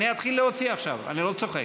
אני אתחיל להוציא עכשיו, אני לא צוחק.